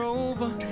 over